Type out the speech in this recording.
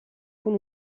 con